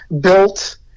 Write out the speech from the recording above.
built